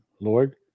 Lord